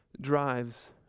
drives